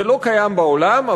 זה לא קיים בעולם,